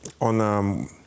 on